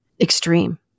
extreme